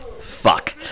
fuck